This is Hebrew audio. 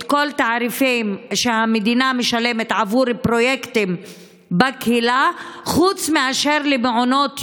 כל התעריפים שהמדינה משלמת עבור פרויקטים בקהילה חוץ מאשר למעונות יום.